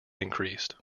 increased